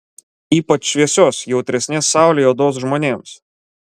ypač šviesios jautresnės saulei odos žmonėms